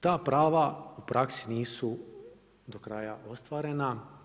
Ta prava u praksi nisu do kraja ostvarena.